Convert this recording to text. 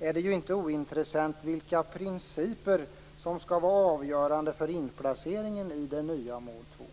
är det ju inte ointressant att veta vilka principer som skall vara avgörande för inplaceringen i det nya mål 2.